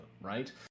right